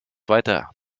weiter